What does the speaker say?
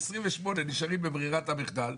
28 נשארים בברירת המחדל.